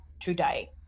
today